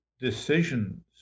decisions